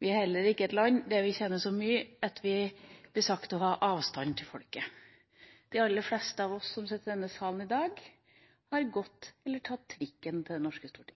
Vi er heller ikke et land der vi tjener så mye at vi blir sagt å ha avstand til folket. De aller fleste av oss som sitter i denne salen i dag, har gått eller tatt trikken til det norske stortinget.